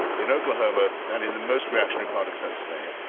in oklahoma and in the most reactionary part of pennsylvania.